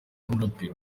nk’umuraperi